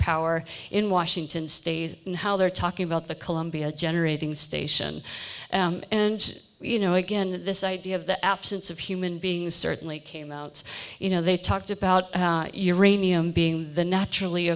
power in washington state and how they're talking about the columbia generating station and you know again this idea of the absence of human being certainly came out you know they talked about your amy i'm being the naturally